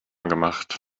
gemacht